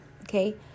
Okay